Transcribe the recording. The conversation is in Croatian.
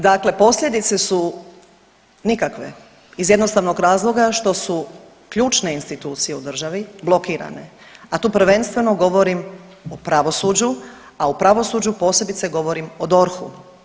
Dakle, posljedice su nikakve iz jednostavnog razloga što su ključne institucije u državi blokirane, a tu prvenstveno govorim o pravosuđu, a u pravosuđu posebice govorim o DORH-u.